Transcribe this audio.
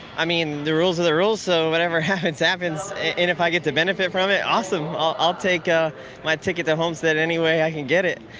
i mean, the rules are the rules so whatever happens happens. if i get to benefit from it, awesome. i'll take ah my ticket to homestead any way i can get it.